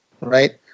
right